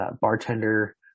Bartender